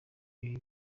ibi